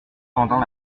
pendant